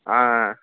ఆ